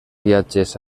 viatges